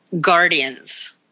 guardians